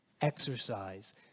Exercise